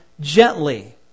gently